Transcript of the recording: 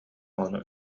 ону